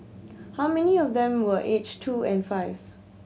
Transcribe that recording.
how many of them were aged two and five